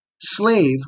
slave